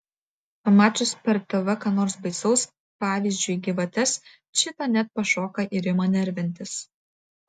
pamačiusi per tv ką nors baisaus pavyzdžiui gyvates čita net pašoka ir ima nervintis